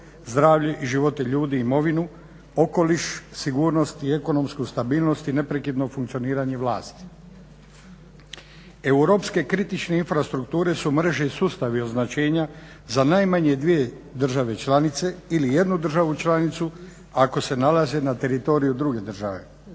zdravlje i živote ljudi, imovinu, okoliš, sigurnost i ekonomsku stabilnost i neprekidno funkcioniranje vlasti. Europske kritične infrastrukture su mreže i sustavu od značenja za najmanje dvije države članice ili jednu državu članicu ako se nalaze na teritoriju druge države.